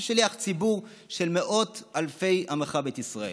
ושליח ציבור של מאות אלפי עמך בית ישראל.